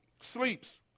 sleeps